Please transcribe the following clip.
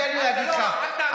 תן לי להגיד לך,